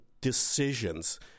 decisions